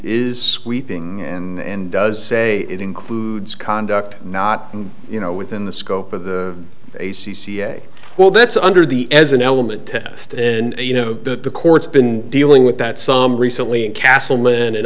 is sweeping and does say it includes conduct not you know within the scope of the a c c a well that's under the as an element test and you know that the court's been dealing with that some recently in castleman and